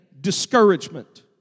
discouragement